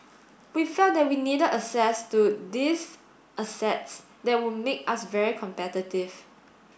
we felt that we needed access to these assets that would make us very competitive